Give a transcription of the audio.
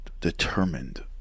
determined